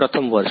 પ્રથમ વર્ષ